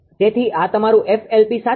તેથી આ તમારું 𝐹𝐿𝑃 સાચું છે